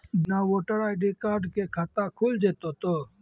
बिना voter ID card के खाता खुल जैते तो?